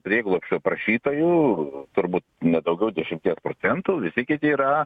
prieglobsčio prašytojų turbūt ne daugiau dešimties procentų visi kiti yra